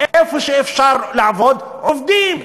איפה שאפשר לעבוד, עובדים.